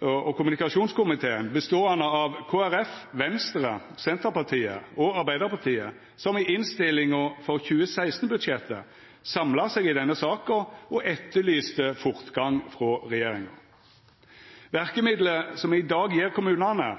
og kommunikasjonskomiteen, som består av Kristeleg Folkeparti, Venstre, Senterpartiet og Arbeidarpartiet, som i innstillinga til 2016-budsjettet samla seg i denne saka og etterlyste fortgang frå regjeringa. Verkemiddelet me i dag gjev kommunane,